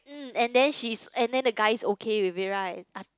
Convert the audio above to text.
mm and then she's and the guy's okay with it right